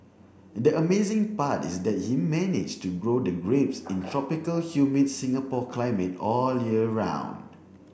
the amazing part is that he managed to grow the grapes in tropical humid Singapore climate all year round